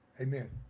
Amen